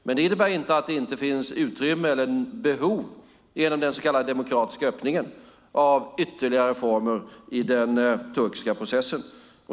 Det innebär inte att det inte finns behov genom den så kallade demokratiska öppningen av ytterligare reformer i den turkiska processen.